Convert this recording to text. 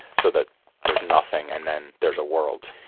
so that there's nothing and then there's a world.